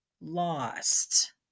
lost